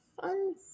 Fun